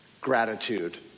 gratitude